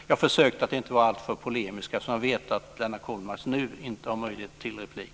Jag försökte att inte vara alltför polemisk, eftersom jag vet att Lennart Kollmats nu inte har möjlighet till replik.